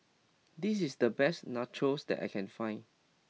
this is the best Nachos that I can find